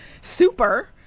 super